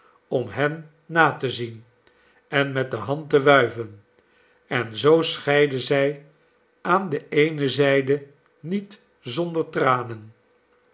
om hen na te zien en met de hand te wuiven en zoo scheidden zij aan de eene zijde niet zonder tranen